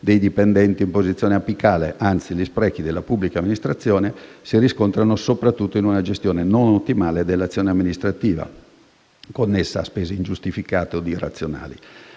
dei dipendenti pubblici in posizione apicale; anzi gli sprechi si riscontrano soprattutto in una gestione non ottimale dell'azione amministrativa connessa a spese ingiustificate o irrazionali.